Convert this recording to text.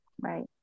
right